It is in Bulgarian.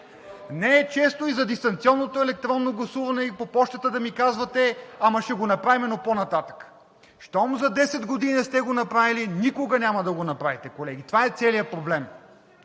Не е честно и за дистанционното електронно гласуване по пощата да ми казвате: ще го направим, ама по-нататък. Щом за десет години не сте го направили, никога няма да го направите, колеги! Това е целият проблем.